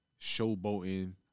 showboating